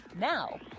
Now